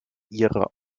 ihre